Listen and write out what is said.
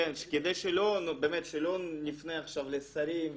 כדי שלא נפנה עכשיו לשרים,